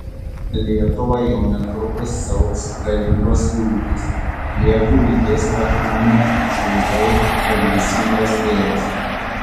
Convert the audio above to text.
lietuvą jau netrukus siaubs galingos liūtys lietų lydės perkūnija žaibai ir gūsingas vėjas